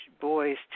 boys